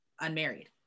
unmarried